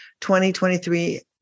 2023